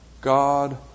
God